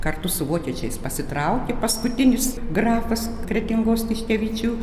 kartu su vokiečiais pasitraukė paskutinis grafas kretingos tiškevičių